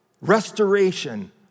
restoration